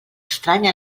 estrany